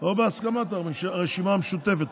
או בהסכמת הרשימה המשותפת.